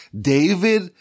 David